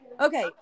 okay